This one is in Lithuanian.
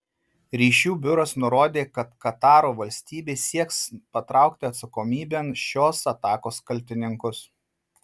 ryšių biuras nurodė kad kataro valstybė sieks patraukti atsakomybėn šios atakos kaltininkus